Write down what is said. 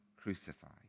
crucified